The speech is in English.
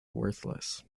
worthless